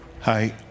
Hi